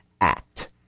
act